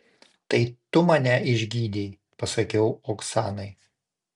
tai tu mane išgydei pasakiau oksanai